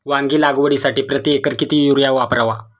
वांगी लागवडीसाठी प्रति एकर किती युरिया वापरावा?